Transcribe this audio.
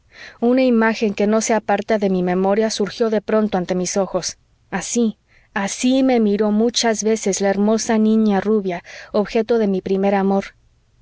una imagen que no se aparta de mi memoria surgió de pronto ante mis ojos así así me miró muchas veces la hermosa niña rubia objeto de mi primer amor